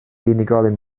unigolyn